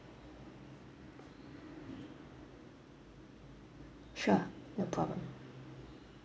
sure no problem